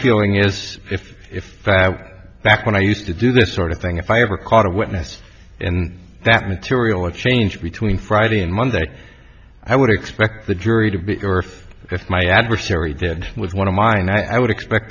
killing is if if i back when i used to do this sort of thing if i ever caught a witness and that material exchanged between friday and monday i would expect the jury to be or if my adversary did was one of mine i would expect